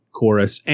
chorus